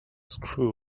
screw